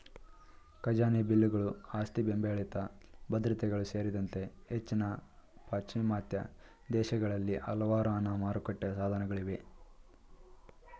ಖಜಾನೆ ಬಿಲ್ಲುಗಳು ಆಸ್ತಿಬೆಂಬಲಿತ ಭದ್ರತೆಗಳು ಸೇರಿದಂತೆ ಹೆಚ್ಚಿನ ಪಾಶ್ಚಿಮಾತ್ಯ ದೇಶಗಳಲ್ಲಿ ಹಲವಾರು ಹಣ ಮಾರುಕಟ್ಟೆ ಸಾಧನಗಳಿವೆ